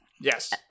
Yes